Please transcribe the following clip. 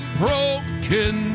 broken